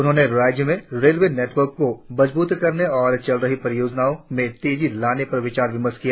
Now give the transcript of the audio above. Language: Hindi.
उन्होंने राज्य में रेलवे नेटवर्क को मजबूत करने और चल रही परियोजनाओ में तेजी लाने पर विचार विमर्श किया